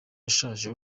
ushaje